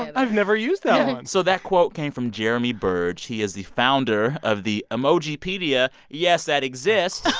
i've never used that one so that quote came from jeremy burge. he is the founder of the emojipedia. yes, that exists